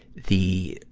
the,